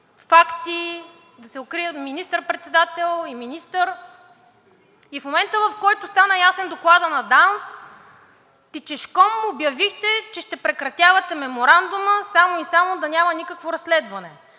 факти, да се укрие министър-председател и министър, а в момента, в който стана ясен Докладът на ДАНС, тичешком обявихте, че ще прекратявате Меморандума само и само да няма никакво разследване.